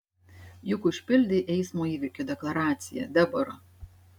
juk užpildei eismo įvykio deklaraciją debora